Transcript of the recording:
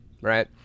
right